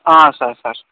sir sir